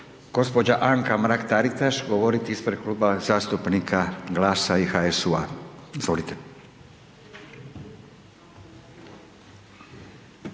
gospođa Anka Mrak Taritaš govoriti ispred Kluba zastupnika GLAS-a i HSU-a. Izvolite.